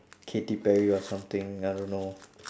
katy perry or something I don't know